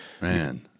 Man